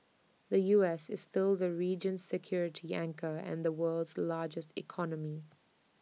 the U S is still the region's security anchor and the world's largest economy